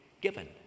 given